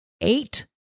eight